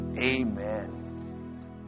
amen